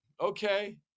okay